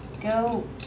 Go